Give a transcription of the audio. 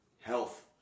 Health